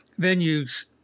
venues